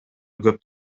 көп